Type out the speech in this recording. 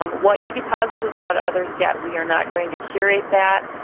um what you deposit is what others get. we are not going to curate that,